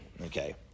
Okay